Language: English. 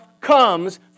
comes